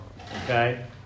Okay